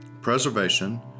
preservation